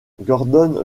gordon